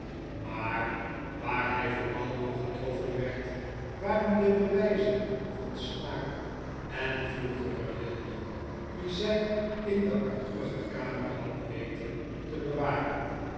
maar waar hij vooral door getroffen werd waren de bewijzen van smaak en vroegere weelde die zij in de armoedige kamer had weten te bewaren